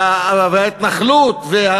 וההתנחלות,